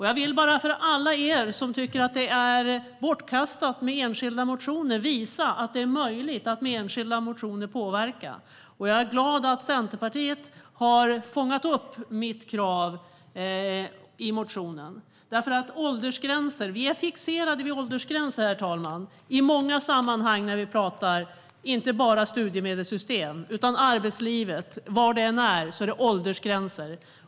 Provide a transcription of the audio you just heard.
Jag vill visa alla som tycker att det är bortkastad tid med enskilda motioner att det är möjligt att påverka med hjälp av enskilda motioner. Jag är glad att Centerpartiet har fångat upp mitt krav i motionen. Vi är fixerade vid åldersgränser, herr talman, i många sammanhang, inte bara när vi talar studiemedelssystem. Det handlar om arbetslivet. Vad det än är fråga om är det åldersgränser.